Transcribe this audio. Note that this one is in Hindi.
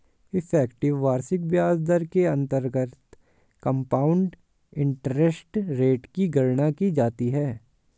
इफेक्टिव वार्षिक ब्याज दर के अंतर्गत कंपाउंड इंटरेस्ट रेट की गणना की जाती है